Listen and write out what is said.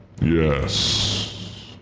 Yes